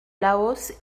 laos